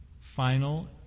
final